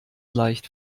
leicht